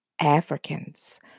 Africans